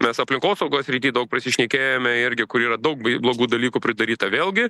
mes aplinkosaugos srityje daug prisišnekėjome irgi kur yra daug blogų dalykų pridaryta vėlgi